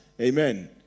Amen